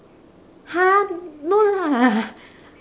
!huh! no lah